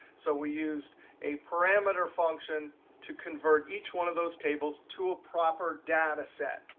so we used a parameter function to convert each one of those tables to a proper dataset.